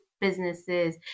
businesses